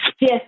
Yes